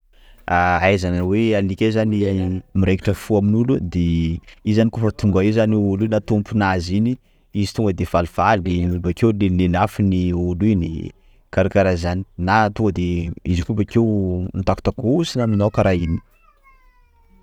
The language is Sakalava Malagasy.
Ah! Ahaizana hoe alika io zany miraikitra fo amin'olo de io zany koafa Tonga eo zany olo io na tompo nazy iny, izy tonga de falifaly bakeo lelelafiny olo iny, karakara zany, na to de izy koa bakeo mitakotakosona aminao kara ino io